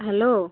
hello